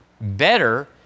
better